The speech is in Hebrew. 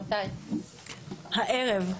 הערב,